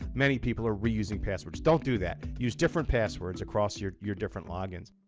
many people are reusing passwords. don't do that. use different passwords across your your different logins.